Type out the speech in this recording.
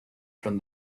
from